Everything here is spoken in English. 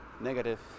negative